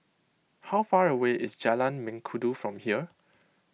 how far away is Jalan Mengkudu from here